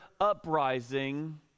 uprising